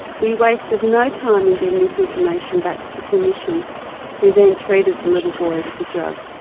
we wasted no time in getting this information back to the clinician who then treated the little boy with the drug.